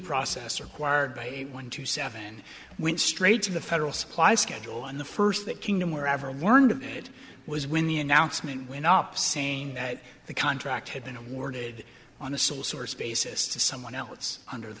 process required by a one to seven went straight to the federal supply schedule and the first that kingdom where ever learned of it was when the announcement wind up saying that the contract had been awarded on a sole source basis to someone else under the